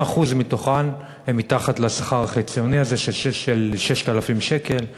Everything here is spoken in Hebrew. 70% מתוכן הן מתחת לשכר החציוני הזה של 6,000 שקל,